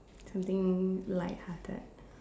something lighthearted